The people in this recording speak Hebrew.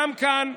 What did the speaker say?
וגם כאן,